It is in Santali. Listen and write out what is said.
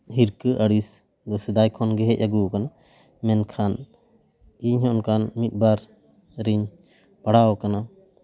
ᱦᱤᱨᱠᱟᱹ ᱟᱹᱲᱤᱥ ᱫᱚ ᱥᱮᱫᱟᱭ ᱠᱷᱚᱱᱜᱮ ᱦᱮᱡ ᱟᱹᱜᱩ ᱟᱠᱟᱱᱟ ᱢᱮᱱᱠᱷᱟᱱ ᱤᱧ ᱦᱚᱸ ᱚᱱᱠᱟᱱ ᱢᱤᱫᱵᱟᱨ ᱨᱤᱧ ᱯᱟᱲᱟᱣ ᱟᱠᱟᱱᱟ